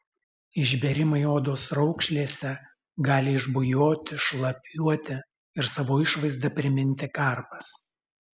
išbėrimai odos raukšlėse gali išbujoti šlapiuoti ir savo išvaizda priminti karpas